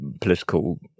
political